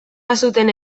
bazuten